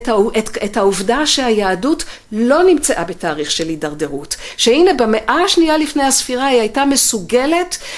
את העובדה שהיהדות לא נמצאה בתאריך של הידרדרות, שהנה במאה השנייה לפני הספירה היא הייתה מסוגלת.